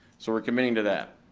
so we're committing to that.